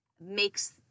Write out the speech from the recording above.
makes